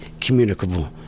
communicable